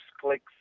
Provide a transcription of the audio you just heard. clicks